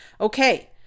Okay